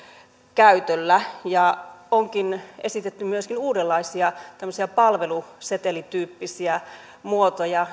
käytölle ja onkin esitetty myöskin uudenlaisia palvelusetelityyppisiä muotoja